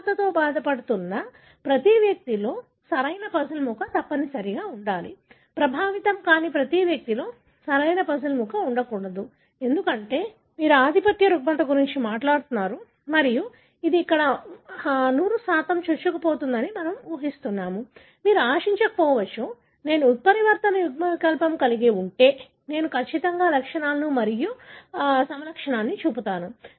రుగ్మతతో బాధపడుతున్న ప్రతి వ్యక్తిలో సరైన పజిల్ ముక్క తప్పనిసరిగా ఉండాలి ప్రభావితం కాని ప్రతి వ్యక్తిలో సరైన పజిల్ ముక్క ఉండకూడదు ఎందుకంటే మీరు ఆధిపత్య రుగ్మత గురించి మాట్లాడుతున్నారు మరియు ఇది ఇక్కడ 100 చొచ్చుకుపోతుందని మనము ఊహిస్తున్నాము మీరు ఆశించవచ్చు నేను ఉత్పరివర్తన యుగ్మ వికల్పం కలిగి ఉంటే నేను ఖచ్చితంగా లక్షణాలు మరియు సమలక్షణాన్ని చూపుతాను